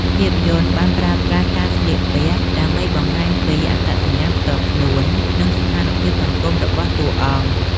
ភាពយន្តបានប្រើប្រាស់ការស្លៀកពាក់ដើម្បីបង្ហាញពី អត្តសញ្ញាណផ្ទាល់ខ្លួន និងស្ថានភាពសង្គម របស់តួអង្គ។